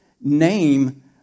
name